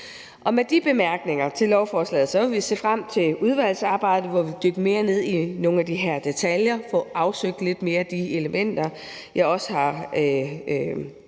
Med de bemærkninger til lovforslaget vil vi se frem til udvalgsarbejdet, hvor vi vil dykke mere ned i nogle af detaljerne og få afsøgt de elementer, jeg også har